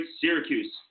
Syracuse